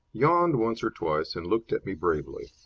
yawned once or twice, and looked at me bravely.